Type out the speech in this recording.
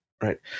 right